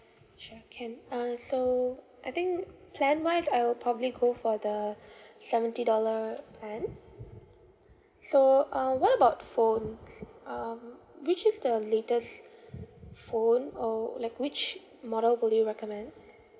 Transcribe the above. sure can uh so I think plan wise I will probably go for the seventy dollar plan so um what about phones um which is the latest phone or like which model will you recommend